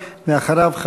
ואחריו,